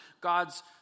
God's